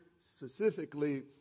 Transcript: specifically